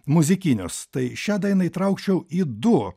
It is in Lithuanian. muzikinius tai šią dainą įtraukčiau į du